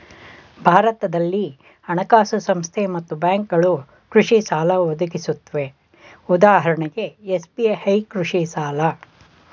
ಭಾರತದಲ್ಲಿ ಹಣಕಾಸು ಸಂಸ್ಥೆ ಮತ್ತು ಬ್ಯಾಂಕ್ಗಳು ಕೃಷಿಸಾಲ ಒದಗಿಸುತ್ವೆ ಉದಾಹರಣೆಗೆ ಎಸ್.ಬಿ.ಐ ಕೃಷಿಸಾಲ